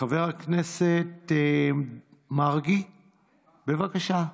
חבר הכנסת מרגי, בבקשה.